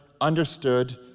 understood